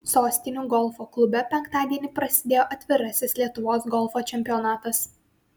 sostinių golfo klube penktadienį prasidėjo atvirasis lietuvos golfo čempionatas